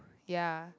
ya